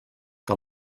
que